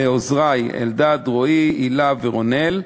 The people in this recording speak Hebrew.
לעוזרי אלדד, רועי, הילה ורונאל,